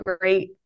great